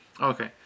okay